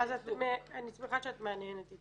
אני שמחה שאת מהנהנת.